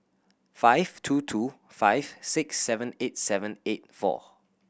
five two two five six seven eight seven eight four